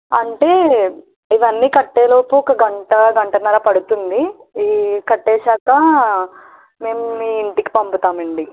అంటే ఇవన్నీ కట్టేలోపు ఒక్క గంట గంటన్నర పడుతుంది ఈ కట్టినాక మేము మీ ఇంటికి పంపుతాం అండి